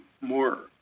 more